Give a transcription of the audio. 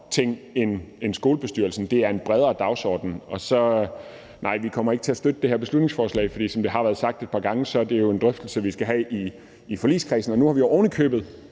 andet end skolebestyrelserne, for det er en bredere dagsorden. Vi kommer ikke til at støtte det her beslutningsforslag, for som det har været sagt et par gange, er det jo en drøftelse, vi skal have i forligskredsen, og nu har vi ovenikøbet